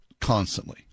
constantly